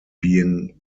being